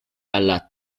alla